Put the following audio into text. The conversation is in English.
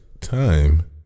time